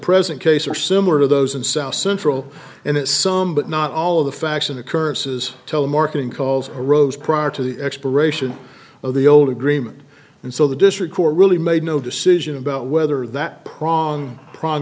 present case are similar to those in south central and it's some but not all of the facts and occurrences telemarketing calls arose prior to the expiration of the old agreement and so the district court really made no decision about whether that prong pr